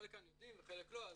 חלק כאן יודעים וחלק לא,